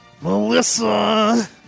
Melissa